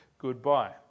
goodbye